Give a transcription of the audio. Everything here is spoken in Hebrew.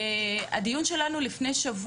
בדיון שהתקיים לפני מספר